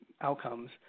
outcomes